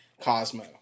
Cosmo